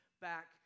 back